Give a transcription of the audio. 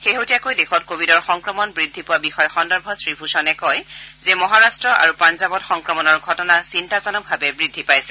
শেহতীয়াকৈ দেশত কভিডৰ সংক্ৰমণ বৃদ্ধি পোৱা বিষয় সন্দৰ্ভত শ্ৰীভূষণে কয় যে মহাৰাট্ট আৰু পঞ্জাবত সংক্ৰমণৰ ঘটনা চিন্তাজনকভাৱে বৃদ্ধি পাইছে